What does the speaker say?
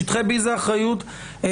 שטחי B זה אחריות משותפת,